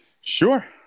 Sure